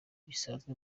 bisanzwe